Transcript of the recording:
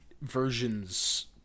versions